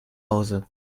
hause